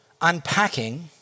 unpacking